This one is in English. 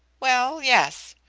well, yes.